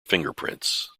fingerprints